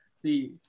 see